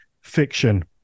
fiction